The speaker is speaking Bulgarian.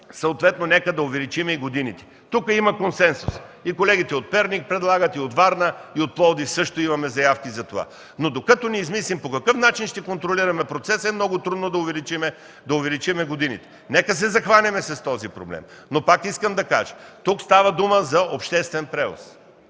съответно нека да увеличим и годините. Тук има консенсус и колегите от Перник предлагат, и от Варна, и от Пловдив също имаме заявки за това, но докато не измислим по какъв начин ще контролираме процеса, е много трудно да увеличим годините. Нека да се захванем с този проблем. Пак искам да кажа, че тук става дума за обществен превоз.